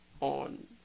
on